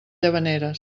llavaneres